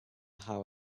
how